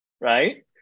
right